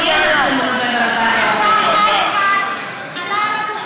מי, השר חיים כץ עלה על הדוכן,